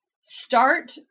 start